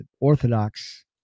orthodox